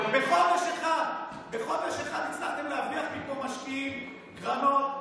בחודש אחד הצלחתם להבריח מפה משקיעים, קרנות.